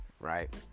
right